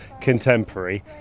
contemporary